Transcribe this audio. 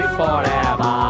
forever